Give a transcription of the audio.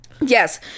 Yes